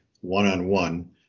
one-on-one